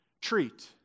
treat